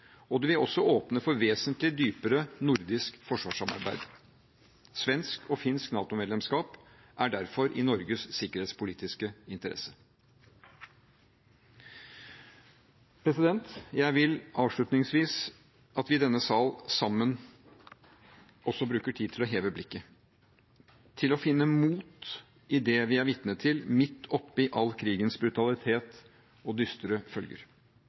og det vil også åpne for vesentlig dypere nordisk forsvarssamarbeid. Svensk og finsk NATO-medlemskap er derfor i Norges sikkerhetspolitiske interesse. Jeg vil avslutningsvis at vi i denne sal sammen også bruker tid til å heve blikket, til å finne mot i det vi er vitne til – midt oppi all krigens brutalitet og dystre følger.